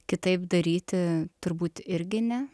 kitaip daryti turbūt irgi ne